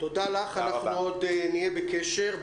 תודה לך, עוד נהיה בקשר.